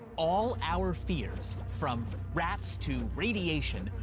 all our fears, from rats to radiation,